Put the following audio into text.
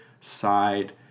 side